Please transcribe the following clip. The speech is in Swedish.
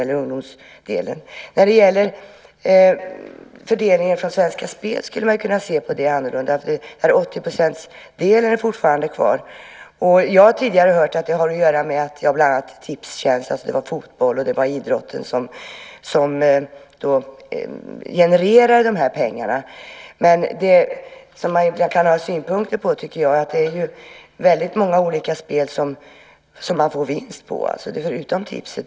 Man skulle ju kunna se på fördelningen från Svenska Spel annorlunda. Den här delen på 80 % är fortfarande kvar. Jag har tidigare hört att det har att göra med bland annat Tipstjänst och att det var fotbollen och idrotten som genererade de här pengarna. Man kan ju ha synpunkter på detta eftersom det är väldigt olika spel som ger vinst förutom tipset.